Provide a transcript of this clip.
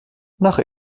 nach